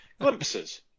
Glimpses